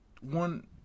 one